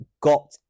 got